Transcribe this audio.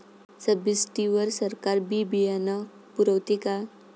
Subsidy वर सरकार बी बियानं पुरवते का?